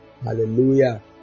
Hallelujah